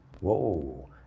whoa